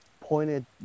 pointed